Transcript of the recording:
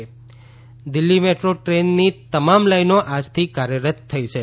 Delhi metro Delhi metro ટ્રેનથી તમામ લાઇનો આજથી કાર્યરત થઇ છે